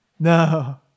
no